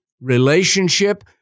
relationship